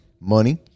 Money